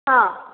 ହଁ